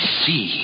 see